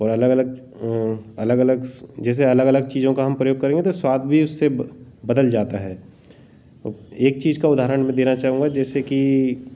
और अलग अलग अलग अलग जैसे अलग अलग चीज़ों का हम प्रयोग करेंगे तो स्वाद भी उससे बदल जाता है एक चीज़ का उदाहरण मैं देना चाहूँगा जैसे कि